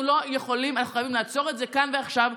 אנחנו חייבים לעצור את זה כאן ועכשיו,